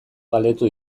galdetu